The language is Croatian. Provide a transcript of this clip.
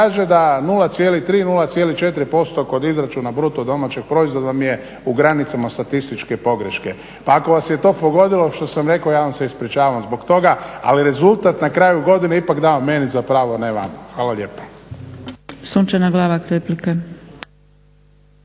da 0,3, 0,4% kod izračuna BDP-a vam je u granicama statističke pogreške. Pa ako vas je to pogodilo što sam rekao ja vam se ispričavam zbog toga ali rezultat na kraju godine ipak da meni za pravo a ne vama. Hvala lijepo.